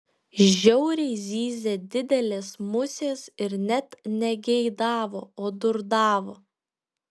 žiauriai zyzė didelės musės ir net ne geidavo o durdavo